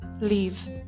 leave